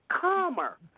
calmer